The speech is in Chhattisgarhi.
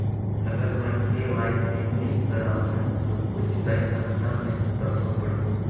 अगर मे के.वाई.सी नी कराहू तो कुछ बैंक खाता मे प्रभाव पढ़ी?